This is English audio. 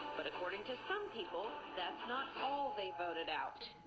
but according to some people, that's not all they voted out.